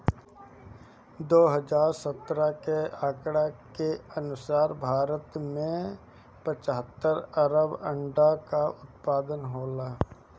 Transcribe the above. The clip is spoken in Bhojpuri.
दू हज़ार सत्रह के आंकड़ा के अनुसार भारत में पचहत्तर अरब अंडा कअ उत्पादन होला